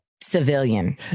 civilian